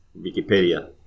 Wikipedia